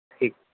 ਠੀਕ